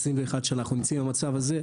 21 שנה שאנחנו נמצאים במצב הזה,